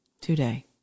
today